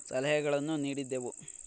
ಸಲಹೆಗಳನ್ನು ನೀಡಿದ್ದೆವು